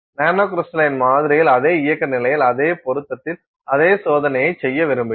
நானோகிரிஸ்டலின் மாதிரியில் அதே இயக்க நிலையில் அதே பொருத்தத்தில் அதே சோதனையை செய்ய விரும்புகிறோம்